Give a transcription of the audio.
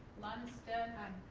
lundstedt. aye.